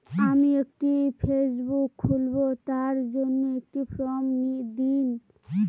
আমি একটি ফেসবুক খুলব তার জন্য একটি ফ্রম দিন?